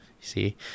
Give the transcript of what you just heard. see